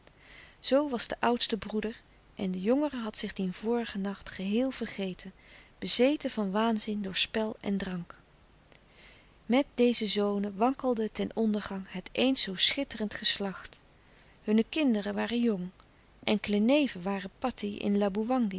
zoo was de oudste broeder en de jongere had zich dien vorigen nacht geheel vergeten bezeten van waanzin door spel en drank met deze zonen wankelde ten ondergang het eens zoo schitterend geslacht hunne kinderen waren jong enkele neven waren patih in